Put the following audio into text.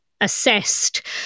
assessed